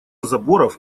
заборов